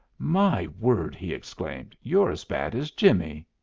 my word! he exclaimed. you're as bad as jimmie!